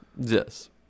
Yes